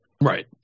Right